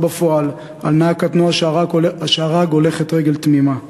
בפועל על נהג קטנוע שהרג הולכת רגל תמימה.